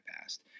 past